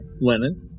Lennon